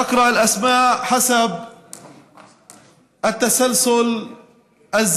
אקרא את השמות לפי הסדר הכרונולוגי